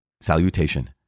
Salutation